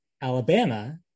Alabama